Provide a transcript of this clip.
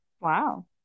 Wow